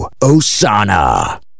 Osana